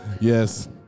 Yes